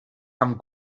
amb